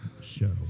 show